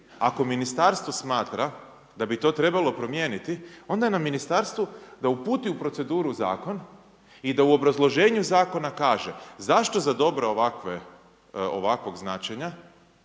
ako ministarstvo smatra da bi to trebalo promijeniti, onda je na ministarstvu, da uputi u proceduru zakon, i da u obrazloženju zakona kaže, zašto za dobro ovakvog značenja,